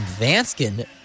Vanskin